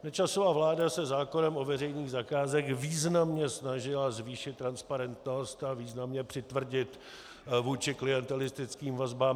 Nečasova vláda se zákonem o veřejných zakázkách významně snažila zvýšit transparentnost a významně přitvrdit vůči klientelistickým vazbám.